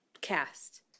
cast